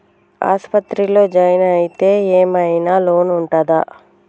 ఆస్పత్రి లో జాయిన్ అయితే ఏం ఐనా లోన్ ఉంటదా?